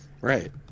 Right